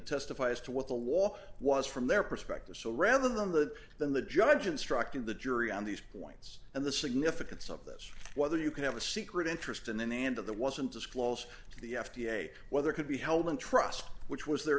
testify as to what the law was from their perspective so rather than the than the judge instructed the jury on these points and the significance of this whether you can have a secret interest in them and of the wasn't disclosed to the f d a whether could be held in trust which was their